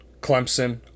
Clemson